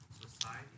Society